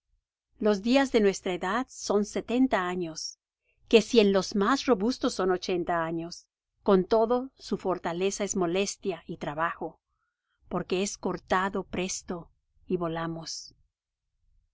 los días de nuestra edad son setenta años que si en los más robustos son ochenta años con todo su fortaleza es molestia y trabajo porque es cortado presto y volamos